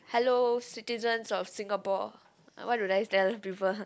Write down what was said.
hello citizen of Singapore what do tell people